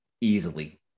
easily